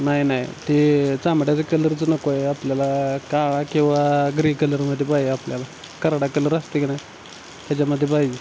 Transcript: नाही नाही ते चामड्याचं कलरचं नको आहे आपल्याला काळा किंवा ग्रे कलरमध्ये पाय आपल्याला करडा कलर असतो की नाही त्याच्यामध्ये पाहिजे